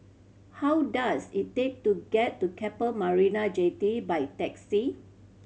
how does it take to get to Keppel Marina Jetty by taxi